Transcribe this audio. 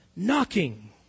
Knocking